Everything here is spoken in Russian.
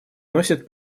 носят